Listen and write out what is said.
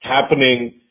happening